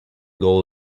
goal